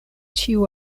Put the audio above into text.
ĉiu